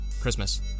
Christmas